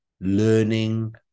learning